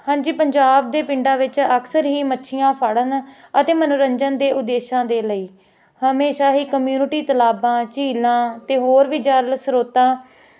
ਹਾਂਜੀ ਪੰਜਾਬ ਦੇ ਪਿੰਡਾਂ ਵਿੱਚ ਅਕਸਰ ਹੀ ਮੱਛੀਆਂ ਫੜਨ ਅਤੇ ਮਨੋਰੰਜਨ ਦੇ ਉਦੇਸ਼ਾਂ ਦੇ ਲਈ ਹਮੇਸ਼ਾ ਹੀ ਕਮਿਊਨਿਟੀ ਤਲਾਬਾਂ ਝੀਲਾਂ ਅਤੇ ਹੋਰ ਵੀ ਜਲ ਸਰੋਤਾਂ